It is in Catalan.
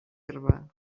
herba